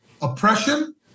Oppression